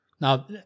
Now